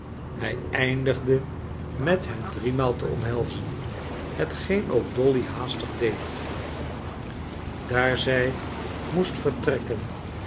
hij eindigde met hem driemaal te omhelzen hetgeen ook dolly haastig deed daar zij moest vertrekken